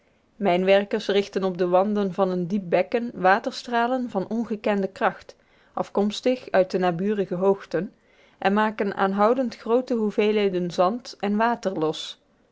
mijnwerkers richten op de wanden van een diep bekken waterstralen van ongekende kracht afkomstig van de naburige hoogten en maken aanhoudend groote hoeveelheden zand en aarde los